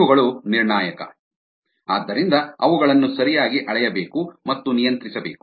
ಇವುಗಳು ನಿರ್ಣಾಯಕ ಆದ್ದರಿಂದ ಅವುಗಳನ್ನು ಸರಿಯಾಗಿ ಅಳೆಯಬೇಕು ಮತ್ತು ನಿಯಂತ್ರಿಸಬೇಕು